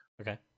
Okay